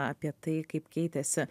apie tai kaip keitėsi